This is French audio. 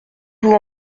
vous